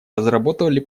разработали